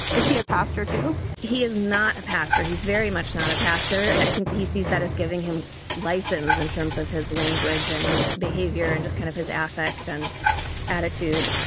is he a pastor, too? he is not a pastor. he's very much not a pastor. yeah i think he sees that as giving him lessons in terms of his language and behavior and just kind of his affect and attitude.